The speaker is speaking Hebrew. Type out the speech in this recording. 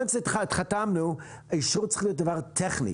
מרגע שחתמנו, האישור צריך להיות דבר טכני.